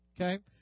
okay